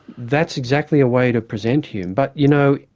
that's exactly a way to present hume, but you know,